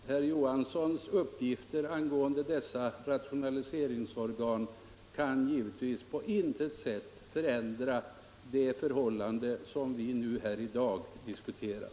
Herr Johanssons uppgifter angående dessa rationaliseringsorgan kan naturligtvis inte på något sätt förändra det förhållande som vi i dag diskuterar.